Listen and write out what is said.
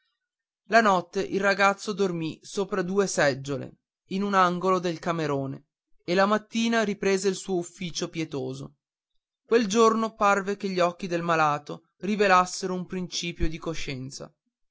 la notte il ragazzo dormì sopra due seggiole in un angolo del camerone e la mattina riprese il suo ufficio pietoso quel giorno parve che gli occhi del malato rivelassero un principio di coscienza